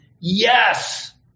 Yes